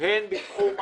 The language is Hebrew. הן בתחום ההשכלה,